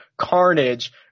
carnage